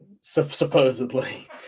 Supposedly